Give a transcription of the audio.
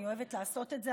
אני אוהבת לעשות את זה,